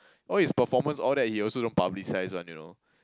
all his performance all that he also don't publicize one you know